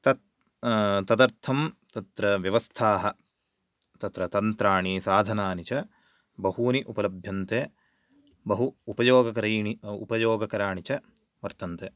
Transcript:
तत् तदर्थं तत्र व्यवस्था तत्र तन्त्राणि साधनानि च बहूनि उपलभ्यन्ते बहु उपयोगकरीणि उपयोगकराणि च वर्तन्ते